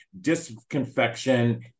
disconfection